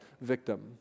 victim